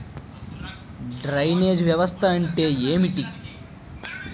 Drainage వ్యవస్థ అంటే ఏమిటి?